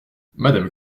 madame